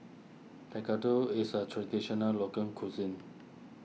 Tekkadon is a Traditional Local Cuisine